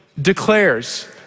declares